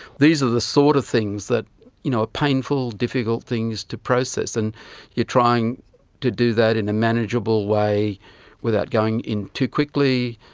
these are the sort of things that are you know ah painful, difficult things to process, and you are trying to do that in a manageable way without going in to quickly.